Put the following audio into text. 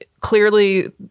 clearly